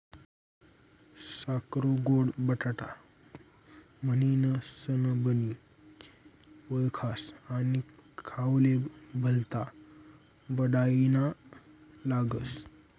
साकरु गोड बटाटा म्हनीनसनबी वयखास आणि खावाले भल्ता बडाईना लागस